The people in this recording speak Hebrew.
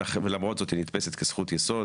ולמרות זאת היא נתפסת כזכות יסוד